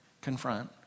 confront